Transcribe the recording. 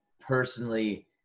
personally